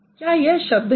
क्या यह शब्द है